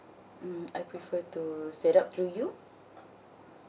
mm I prefer to set up through you